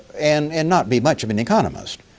and and not be much of an economist.